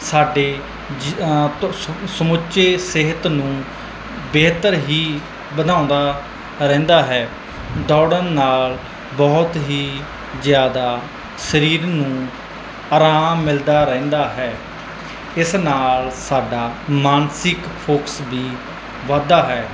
ਸਾਡੇ ਸਮੁੱਚੇ ਸਿਹਤ ਨੂੰ ਬਿਹਤਰ ਹੀ ਵਧਾਉਂਦਾ ਰਹਿੰਦਾ ਹੈ ਦੌੜਨ ਨਾਲ ਬਹੁਤ ਹੀ ਜ਼ਿਆਦਾ ਸਰੀਰ ਨੂੰ ਆਰਾਮ ਮਿਲਦਾ ਰਹਿੰਦਾ ਹੈ ਇਸ ਨਾਲ ਸਾਡਾ ਮਾਨਸਿਕ ਫੋਕਸ ਦੀ ਵੱਧਦਾ ਹੈ